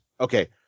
Okay